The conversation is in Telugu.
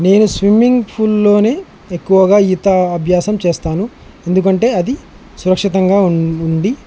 నేను స్విమ్మింగ్ పూల్లోనే ఎక్కువగా ఈత అభ్యాసం చేస్తాను ఎందుకంటే అది సురక్షితంగా ఉం ఉండి